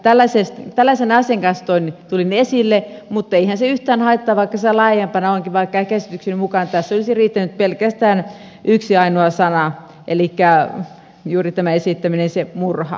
tällaisen asian kanssa tulimme esille mutta eihän se yhtään haittaa vaikka se laajempana onkin vaikka käsitykseni mukaan tässä olisi riittänyt pelkästään yksi ainoa sana elikkä juuri tämä esittämäni se murha